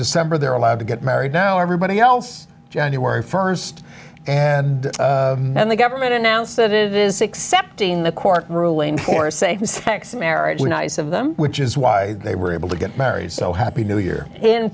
december they're allowed to get married now everybody else january first and then the government announced it is accepting the court ruling for same sex marriage nice of them which is why they were able to get married so happy new year in